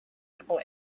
table